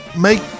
make